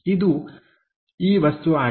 ಇದು ಈ ವಸ್ತು ಆಗಿದೆ